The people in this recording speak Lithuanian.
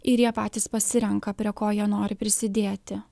ir jie patys pasirenka prie ko jie nori prisidėti